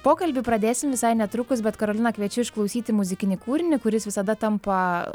pokalbį pradėsim visai netrukus bet karoliną kviečiu išklausyti muzikinį kūrinį kuris visada tampa